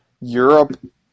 Europe